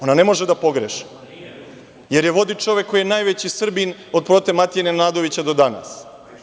Ona ne može da pogreši, jer je vodi čovek koji je najveći Srbin od prote Matije Nenadovića do danas.